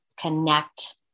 connect